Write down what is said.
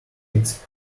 its